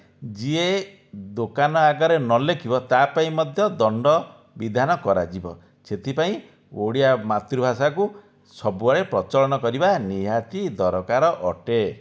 ଯିଏ ଦୋକାନ ଆଗରେ ନ ଲେଖିବ ତା ପାଇଁ ମଧ୍ୟ ଦଣ୍ଡବିଧାନ କରାଯିବ ସେଥିପାଇଁ ଓଡ଼ିଆ ମାତୃଭାଷାକୁ ସବୁବେଳେ ପ୍ରଚଳନ କରିବା ନିହାତି ଦରକାର ଅଟେ